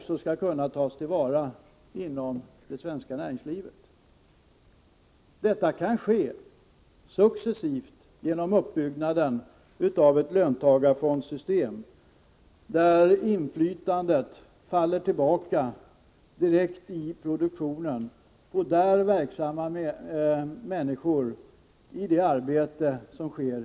Sådana möjligheter kan successivt skapas genom uppbyggnaden av ett löntagarfondssystem där inflytandet direkt är kopplat till i produktionen verksamma människor. Detta är avsikten.